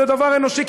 זה דבר אנושי,